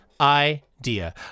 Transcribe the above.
idea